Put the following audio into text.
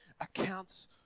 accounts